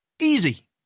Easy